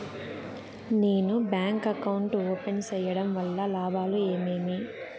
నేను bank account open సేయడం వల్ల లాభాలు ఏమేమి?